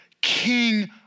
king